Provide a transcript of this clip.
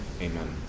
Amen